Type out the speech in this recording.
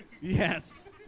Yes